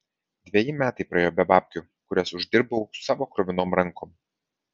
dveji metai praėjo be babkių kurias uždirbau savo kruvinom rankom